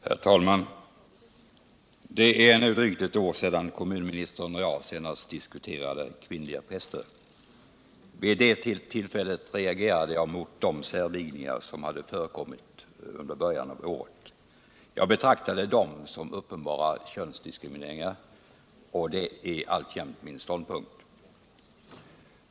Herr talman! Det är nu drygt ett år sedan kommunministern och jag senast diskuterade kvinnliga präster. Vid det tillfället reagerade jag mot de särvigningar som hade förekommit i början av förra året. Jag betraktade dem som uppenbara könsdiskrimineringar, och det är alltjämt min ståndpunkt.